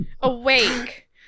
Awake